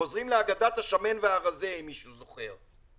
חוזרים לאגדת השמן והרזה, אם מישהו זוכר.